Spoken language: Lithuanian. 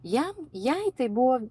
jam jai tai buvo